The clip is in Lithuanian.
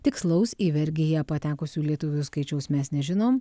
tikslaus į vergiją patekusių lietuvių skaičiaus mes nežinom